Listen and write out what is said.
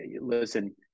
listen